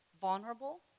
vulnerable